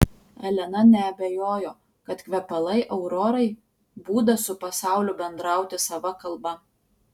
elena neabejojo kad kvepalai aurorai būdas su pasauliu bendrauti sava kalba